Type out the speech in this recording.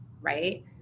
right